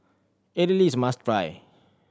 Idili is must try